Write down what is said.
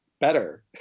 better